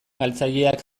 galtzaileak